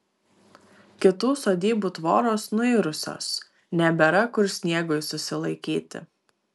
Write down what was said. kitų sodybų tvoros nuirusios nebėra kur sniegui susilaikyti